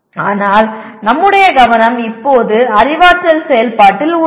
ஆனால் நம்முடைய கவனம் இப்போது அறிவாற்றல் செயல்பாட்டில் உள்ளது